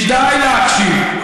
כדאי להקשיב.